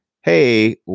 hey